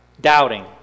Doubting